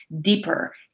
deeper